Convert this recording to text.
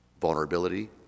vulnerability